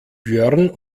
björn